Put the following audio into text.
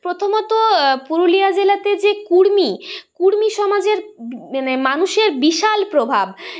প্রথমত পুরুলিয়া জেলাতে যে কুর্মী কুর্মী সমাজের মানুষের বিশাল প্রভাব